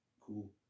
cool